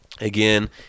Again